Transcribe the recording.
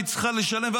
והיא צריכה לשלם,